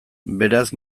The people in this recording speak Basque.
beraz